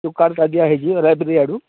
ଯୋଉ କାର୍ଡ଼ଟା ଦିଆହୋଇଛି ଲାଇବ୍ରେରୀ ଆଡ଼ୁ